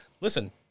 Listen